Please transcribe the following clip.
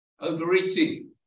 Overeating